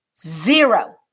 Zero